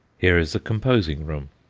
here is the composing-room,